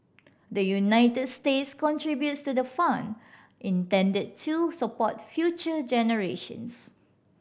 the United States contributes to the fund intended to support future generations